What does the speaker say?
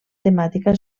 temàtica